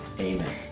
Amen